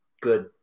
good